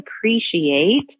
appreciate